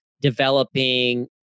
developing